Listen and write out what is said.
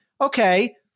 okay